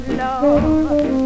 love